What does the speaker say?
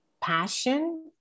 Passion